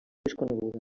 desconeguda